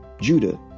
Judah